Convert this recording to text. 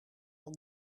van